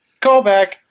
Callback